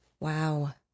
wow